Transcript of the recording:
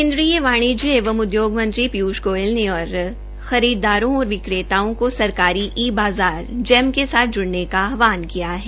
केन्द्रीय वाणिज्य एवं उदयोग मंत्री पीयूष गोयल ने और खरीददारों और विक्रेताओं को सरकारी ई मार्किट जैम के साथ ज्इने का आहवान किया है